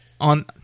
On